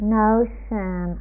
notion